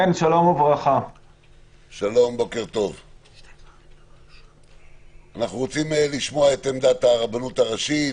אנחנו רוצים לשמוע את עמדת הרבנות הראשית,